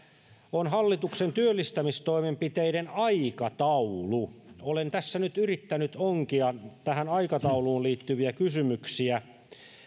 on hallituksen työllistämistoimenpiteiden aikataulu olen tässä nyt yrittänyt onkia tähän aikatauluun liittyviä kysymyksiä